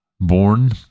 born